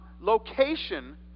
location